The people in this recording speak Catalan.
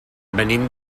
venim